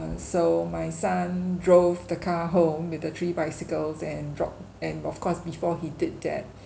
uh so my son drove the car home with the three bicycles and drop and of course before he did that